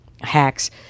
hacks